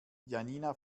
janina